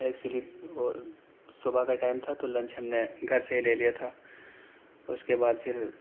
ایک سیلپ وہ صبح کا ٹائم تھا تو لنچ ہم نے گھر سے ہی لے لیا تھا اس کے بعد پھر